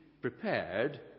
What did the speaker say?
prepared